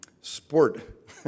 sport